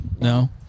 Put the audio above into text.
No